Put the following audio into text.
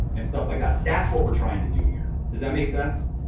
and stuff like that. that's what we're trying to do here. does that make sense?